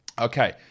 Okay